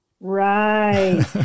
Right